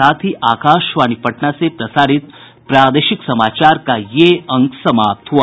इसके साथ ही आकाशवाणी पटना से प्रसारित प्रादेशिक समाचार का ये अंक समाप्त हुआ